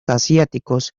asiáticos